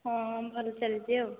ହଁ ଭଲ ଚାଲିଛି ଆଉ